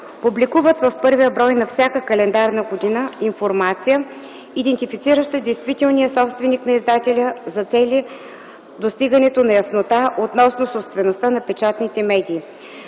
публикуват в първия брой на всяка календарна година информация, идентифицираща действителния собственик на издателя” се цели постигането на яснота относно собствеността на печатните медии.